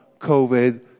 COVID